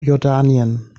jordanien